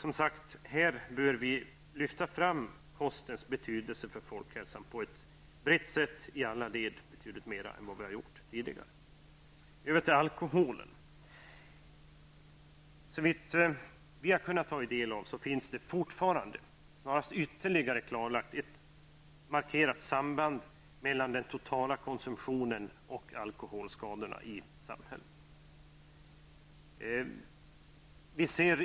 Vi bör lyfta fram kostens betydelse för folkhälsan på ett brett sätt, i alla led och i mycket större utsträckning än vad vi har gjort tidigare. Alkoholen: Såvitt vi vet kan snarast ett ytterligare klartlagt markerat samband mellan den totala konsumtionen och alkoholskadorna i samhället påvisas.